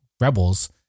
Rebels